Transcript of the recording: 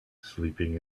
sleeping